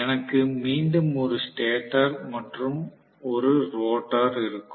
எனக்கு மீண்டும் ஒரு ஸ்டேட்டர் மற்றும் ஒரு ரோட்டார் இருக்கும்